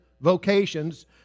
vocations